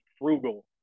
frugal